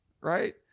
right